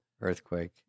Earthquake